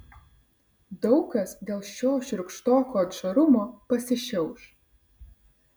daug kas dėl šio šiurkštoko atžarumo pasišiauš